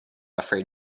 afraid